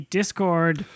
Discord